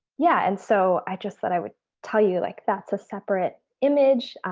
yeah, and so i just thought i would tell you, like that's a separate image,